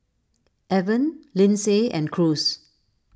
Evan Lindsay and Cruz